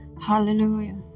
Hallelujah